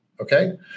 okay